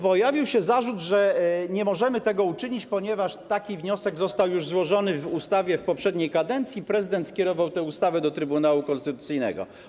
Pojawił się zarzut, że nie możemy tego uczynić, ponieważ taki wniosek został już złożony w przypadku ustawy z poprzedniej kadencji, a prezydent skierował tę ustawę do Trybunału Konstytucyjnego.